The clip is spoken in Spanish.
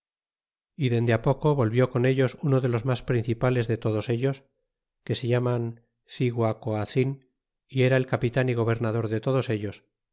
e dende poco volvio con ellos uno de los mas principales de todos ell a que se llamaba cignacoa en y era el capitan y gobernador de todos ellos